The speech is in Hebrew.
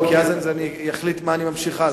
כי אז אני אחליט איך אני ממשיך הלאה.